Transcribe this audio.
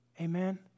Amen